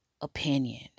opinion